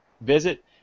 visit